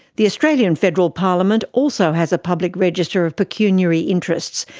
the australian federal parliament also has a public register of pecuniary interests,